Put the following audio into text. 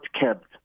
kept